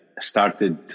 started